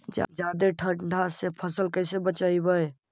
जादे ठंडा से फसल कैसे बचइबै?